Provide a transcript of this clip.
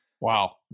Wow